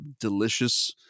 delicious